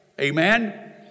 Amen